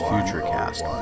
Futurecast